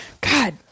God